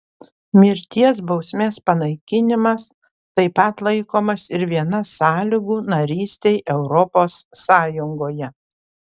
mirties bausmės panaikinimas taip pat laikomas ir viena sąlygų narystei europos sąjungoje